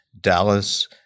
Dallas